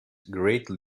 greatly